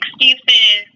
excuses